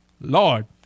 Lord